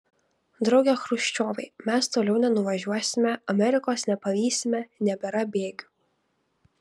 drauge chruščiovai mes toliau nenuvažiuosime amerikos nepavysime nebėra bėgių